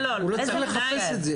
הוא לא צריך לחפש את זה.